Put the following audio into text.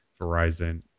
verizon